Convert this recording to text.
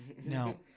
Now